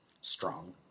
strong